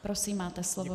Prosím, máte slovo.